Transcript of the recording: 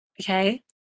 Okay